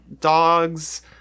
dogs